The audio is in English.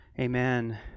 Amen